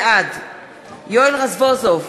בעד יואל רזבוזוב,